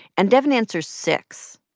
and devyn answers six.